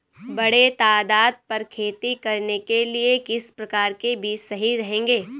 बड़े तादाद पर खेती करने के लिए किस प्रकार के बीज सही रहेंगे?